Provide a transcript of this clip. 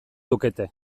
lukete